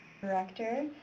Director